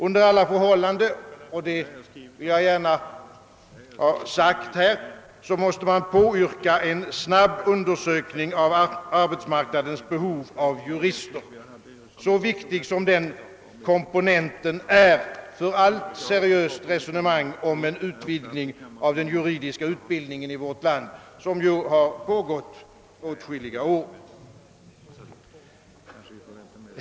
Under alla förhållanden — det vill jag gärna ha sagt här — måste man påyrka en snabb undersökning av arbetsmarknadens behov av jurister, så viktig som den komponenten är för allt seriöst resonemang om den utvidgning av den juridiska utbildningen i vårt land, som har pågått sedan åtskilliga år.